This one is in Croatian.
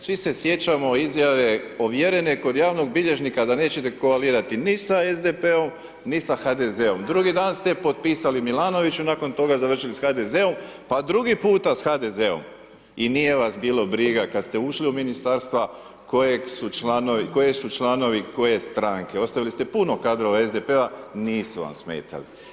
Svi se sjećamo izjave ovjerene kod javnog bilježnika da nećete koalirati na sa SDP-om ni sa HDZ-om, drugi dan ste potpisali Milanoviću, nakon toga završili sa HDZ-om, pa drugi puta sa HDZ-om i nije vas bilo briga kad ste ušli u ministarstva koji su članovi koje stranke, ostavili ste puno kadrova SDP-a, nisu vam smetali.